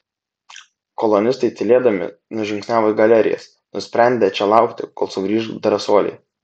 kolonistai tylėdami nužingsniavo į galerijas nusprendę čia laukti kol sugrįš drąsuoliai